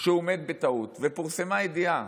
שהוא מת בטעות, ופורסמה ידיעה